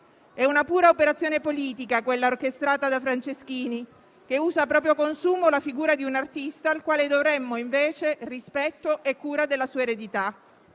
È una pura operazione politica, quella orchestrata da Franceschini, che usa a proprio consumo la figura di un artista al quale dovremmo invece rispetto e cura della sua eredità.